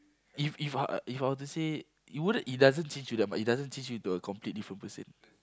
if if I were if I were to say you wouldn't it doesn't change you that much it doesn't change you to a complete different person